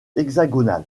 hexagonal